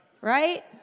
Right